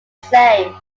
same